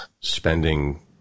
spending